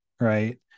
right